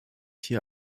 hier